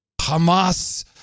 Hamas